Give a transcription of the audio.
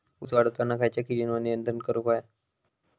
ऊस वाढताना खयच्या किडींवर नियंत्रण करुक व्हया?